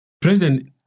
President